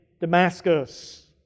Damascus